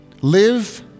Live